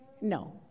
No